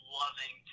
loving